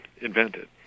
invented